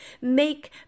make